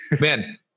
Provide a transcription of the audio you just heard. man